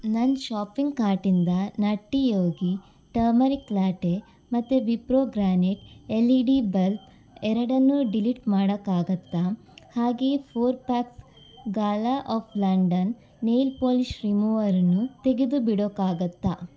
ನನ್ನ ಶಾಪಿಂಗ್ ಕಾರ್ಟಿಂದ Nutty Yogi turmeric latte ಮತ್ತು Wipro Garnet L E D bulb ಎರಡನ್ನೂ ಡಿಲೀಟ್ ಮಾಡೋಕಾಗತ್ತ ಹಾಗೇ four packs Gala of London nail polish ರಿಮೂವರನ್ನು ತೆಗೆದು ಬಿಡೋಕಾಗುತ್ತ